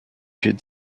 should